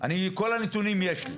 את כל הנתונים יש לי.